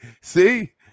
See